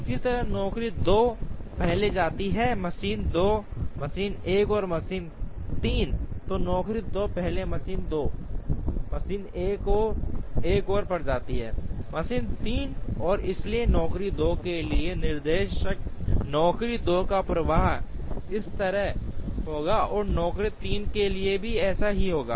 इसी तरह नौकरी 2 पहले जाती है मशीन 2 मशीन 1 और मशीन 3 तो नौकरी 2 पहले मशीन 2 मशीन 1 और पर जाती है मशीन 3 और इसलिए नौकरी 2 के लिए निर्देश नौकरी 2 का प्रवाह इस तरह होगा और नौकरी 3 के लिए भी ऐसा ही होगा